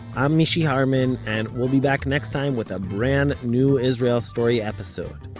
i'm mishy harman, and we'll be back next time with a brand new israel story episode.